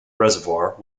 reservoir